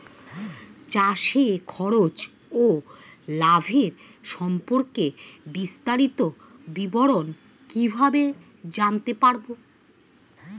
চাষে খরচ ও লাভের সম্পর্কে বিস্তারিত বিবরণ কিভাবে জানতে পারব?